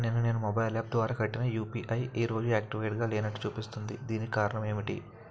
నిన్న నేను mobile app ద్వారా కట్టిన యు.పి.ఐ ఈ రోజు యాక్టివ్ గా లేనట్టు చూపిస్తుంది దీనికి కారణం ఏమిటి?